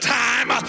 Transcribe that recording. time